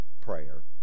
prayer